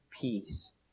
peace